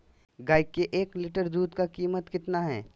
गाय के एक लीटर दूध का कीमत कितना है?